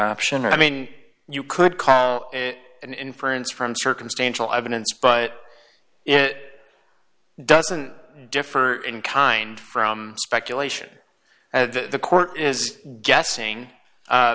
option i mean you could call it an inference from circumstantial evidence but it doesn't differ in kind from speculation at the court is guessing